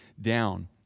down